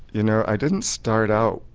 you know i didn't start out,